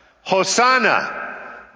Hosanna